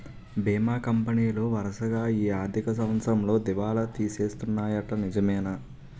బీమా కంపెనీలు వరసగా ఈ ఆర్థిక సంవత్సరంలో దివాల తీసేస్తన్నాయ్యట నిజమేనా